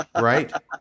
right